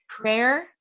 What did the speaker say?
prayer